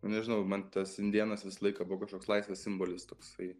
nežinau man tas indėnas visą laiką buvo kažkoks laisvės simbolis toksai